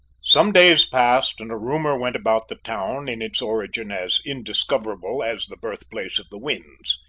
some days passed and a rumour went about the town, in its origin as indiscoverable as the birthplace of the winds.